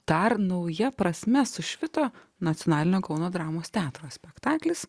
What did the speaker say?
dar nauja prasme sušvito nacionalinio kauno dramos teatro spektaklis